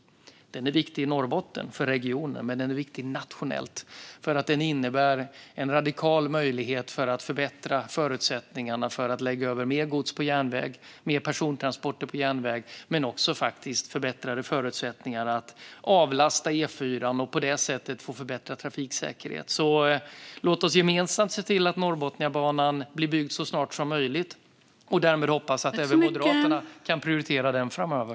Den är viktig i Norrbotten, för regionen, men den är också viktig nationellt. Den innebär en radikal möjlighet att förbättra förutsättningarna för att lägga över mer gods på järnväg och mer persontransporter på järnväg. Men den innebär också förbättrade förutsättningar att avlasta E4:an och på det sättet få förbättrad trafiksäkerhet. Låt oss gemensamt se till att Norrbotniabanan blir byggd så snart som möjligt! Därmed hoppas jag att även Moderaterna kan prioritera den framöver.